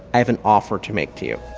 i have an offer to make to you.